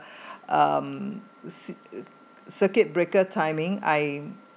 um cir~ circuit breaker timing I